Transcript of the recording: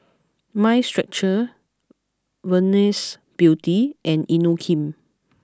Mind Stretcher Venus Beauty and Inokim